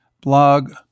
blog